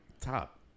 top